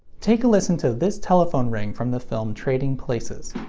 take a listen to this telephone ring from the film trading places.